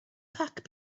pack